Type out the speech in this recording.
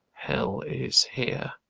hell is here.